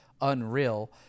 unreal